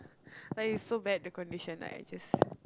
like it's so bad the condition I just